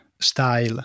style